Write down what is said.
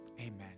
Amen